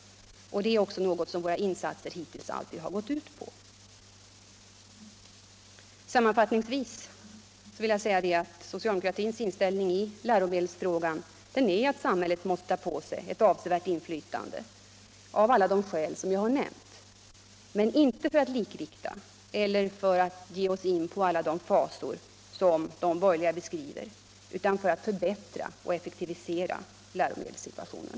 Och det är något som våra insatser hittills har gått ut på. Sammanfattningsvis vill jag säga att socialdemokratins inställning i läromedelsfrågan är att samhället måste ta på sig ett avsevärt inflytande — av alla de skäl som jag har nämnt. Men inte för att likrikta eller för att ge sig in på alla de fasor som de borgerliga beskriver, utan för att förbättra situationen och effektivisera läromedlen.